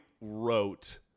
wrote